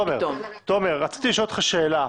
רציתי לשאול אותך שאלה.